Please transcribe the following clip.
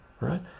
right